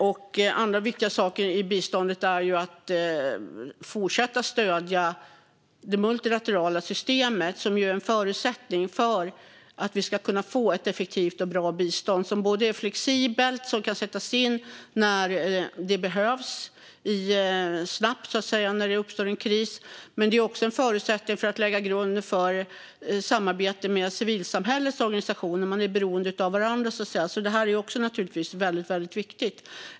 En annan viktig sak i biståndet är att fortsätta stödja det multilaterala systemet, som ju är en förutsättning för ett effektivt och bra bistånd som är flexibelt och kan sättas in snabbt när det behövs, när det uppstår en kris. Det är också en förutsättning för att lägga grunden för samarbete med civilsamhällets organisationer. Man är beroende av varandra, så att säga, så det är naturligtvis väldigt viktigt.